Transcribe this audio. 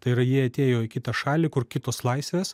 tai yra jie atėjo į kitą šalį kur kitos laisvės